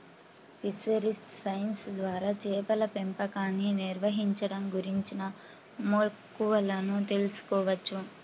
fisheries science ద్వారా చేపల పెంపకాన్ని నిర్వహించడం గురించిన మెళుకువలను తెల్సుకోవచ్చు